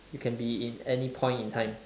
you can be in any point in time